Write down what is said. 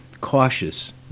cautious